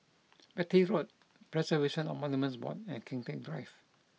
Beatty Road Preservation of Monuments Board and Kian Teck Drive